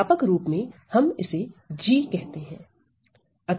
व्यापक रुप में हम इसे g कहते हैं